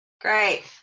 Great